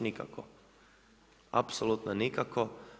Nikako, apsolutno nikako.